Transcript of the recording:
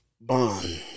Bond